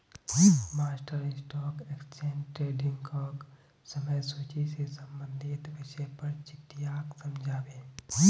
master stock exchange ट्रेडिंगक समय सूची से संबंधित विषय पर चट्टीयाक समझा बे